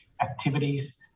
activities